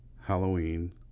Halloween